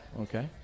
Okay